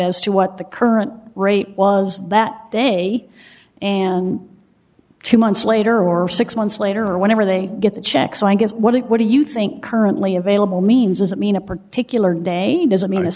as to what the current rate was that day and two months later or six months later or whenever they get the check so i guess what it what do you think currently available means is i mean a particular day doesn't mean